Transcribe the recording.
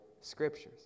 Scriptures